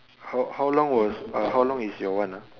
how how long was uh how long is your one ah